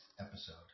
episode